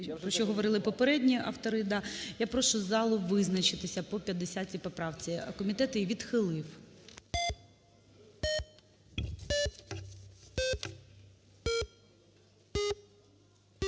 про що говорили попередні автори, да. Я прошу залу визначитися по 50-й поправці. Комітет її відхилив.